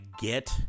get